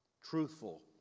truthful